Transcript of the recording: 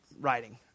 writing